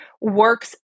works